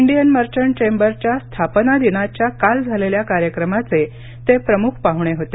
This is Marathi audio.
इंडियन मर्चंट चेंबरच्या स्थापना दिनाच्या काल झालेल्या कार्यक्रमाचे ते प्रमुख पाहुणे होते